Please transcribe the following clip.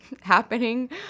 happening